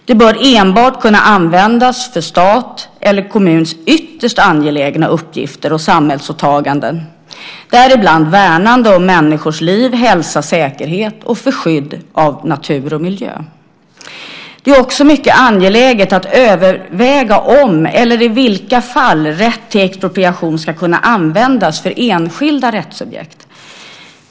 Det bör enbart kunna användas för stats eller kommuns ytterst angelägna uppgifter och samhällsåtaganden, däribland värnande om människors liv, hälsa, säkerhet och för skydd av natur och miljö. Det är också mycket angeläget att överväga om eller i vilka fall rätt till expropriation ska kunna användas för enskilda rättssubjekt.